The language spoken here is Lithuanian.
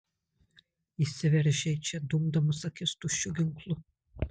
įsiveržei čia dumdamas akis tuščiu ginklu